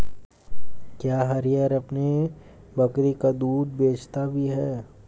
क्या हरिहर अपनी बकरी का दूध बेचता भी है?